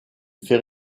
fait